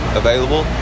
available